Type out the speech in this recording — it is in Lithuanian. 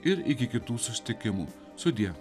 ir iki kitų susitikimų sudie